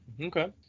Okay